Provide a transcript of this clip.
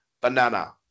banana